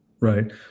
Right